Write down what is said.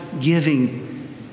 giving